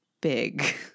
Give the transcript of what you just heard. big